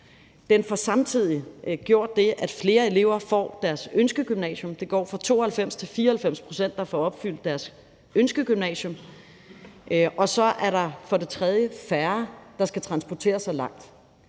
andet samtidig gjort det, at flere elever får deres ønskegymnasium – det går fra 92 til 94 pct. – og der er for det tredje færre, der skal transportere sig langt.